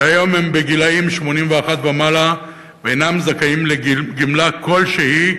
שהיום הם בגיל 81 ומעלה ואינם זכאים לגמלה כלשהי,